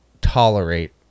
tolerate